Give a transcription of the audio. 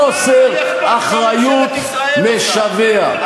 חוסר אחריות משווע.